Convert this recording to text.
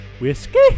Whiskey